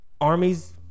armies